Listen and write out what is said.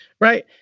Right